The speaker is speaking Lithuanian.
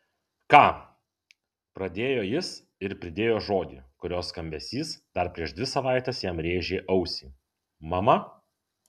ką pradėjo jis ir pridėjo žodį kurio skambesys dar prieš dvi savaites jam rėžė ausį mama